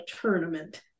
tournament